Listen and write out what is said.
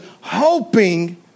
hoping